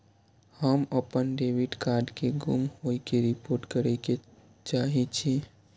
हम अपन debit card के गुम होय के रिपोर्ट करे के चाहि छी